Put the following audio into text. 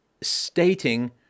stating